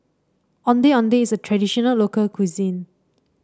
Ondeh Ondeh is a traditional local cuisine